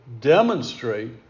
demonstrate